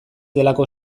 delako